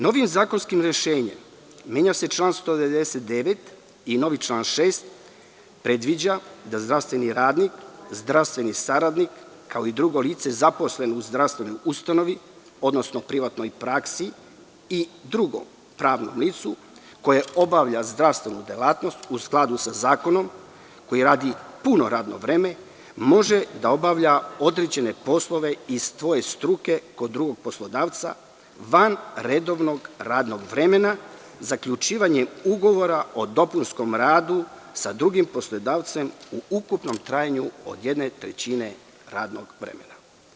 Novijim zakonskim rešenjem menja se član 199. i novi član 6. predviđa da zdravstveni radnik, zdravstveni saradnik, kao i drugo lice zaposleno u zdravstvenoj ustanovi, odnosno privatnoj praksi i drugom pravnom licu, koje obavlja zdravstvenu delatnost u skladu sa zakonom, koji radi puno radno vreme, može da obavlja određene poslove iz svoje struke kod drugog poslodavca van redovnog radnog vremena zaključivanjem ugovora o dopunskom radu sa drugim poslodavcem u ukupnom trajanju od jedne trećine radnog vremena.